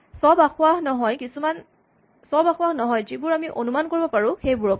চব আসোঁৱাহ নহয় যিবোৰ আমি অনুমান কৰিব পাৰোঁ সেইবোৰ অকল